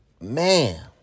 Man